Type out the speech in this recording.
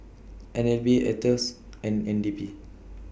N L B Aetos and N D P